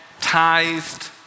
tithed